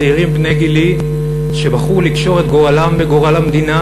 צעירים בני גילי שבחרו לקשור את גורלם בגורל המדינה